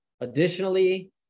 Additionally